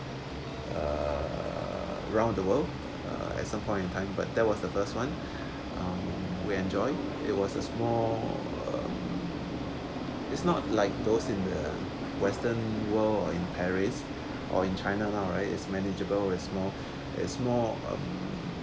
uh round the world uh at some point of time but that was the first one um we enjoy it was a small um it's not like those in the western world or in paris or in china lah right is manageable with small its more um